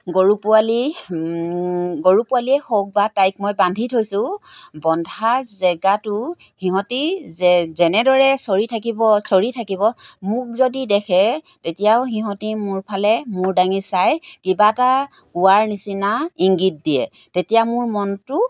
গৰু পোৱালি গৰু পোৱালীয়ে হওক বা তাইক মই বান্ধি থৈছোঁ বন্ধা জেগাটো সিহঁতি যে যেনেদৰে চৰি থাকিব চৰি থাকিব মোক যদি দেখে তেতিয়াও সিহঁতি মোৰফালে মোৰ দাঙি চাই কিবা এটা কোৱাৰ নিচিনা ইংগিত দিয়ে তেতিয়া মোৰ মনটো